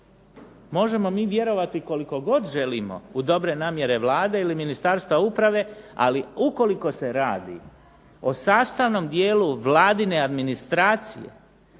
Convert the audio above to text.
Možemo mi vjerovati koliko god želimo u dobre namjere Vlade ili Ministarstva uprave, ali ukoliko se radi o sastavnom dijelu Vladine administracije,